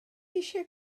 eisiau